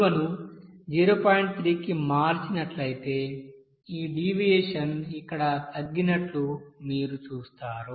3 కి మార్చినట్లయితే ఈ డీవియేషన్ ఇక్కడ తగ్గినట్లు మీరు చూస్తారు